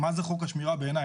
מה זה חוק השמירה בעיניי?